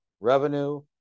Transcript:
revenue